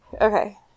Okay